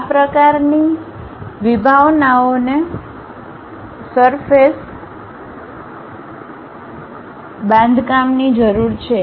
આ પ્રકારની વિભાવનાઓને સરફેસ બાંધકામની જરૂર છે